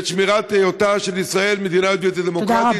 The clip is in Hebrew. ואת שמירת היותה של ישראל מדינה יהודית ודמוקרטית.